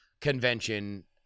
Convention